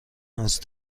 است